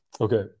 Okay